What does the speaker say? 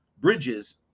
Bridges